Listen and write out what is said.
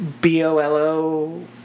B-O-L-O